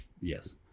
Yes